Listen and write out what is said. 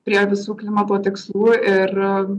prie visų klimato tikslų ir